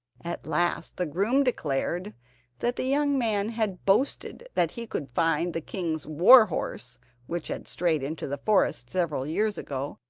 at last the groom declared that the young man had boasted that he could find the king's war horse which had strayed into the forest several years ago,